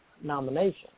nomination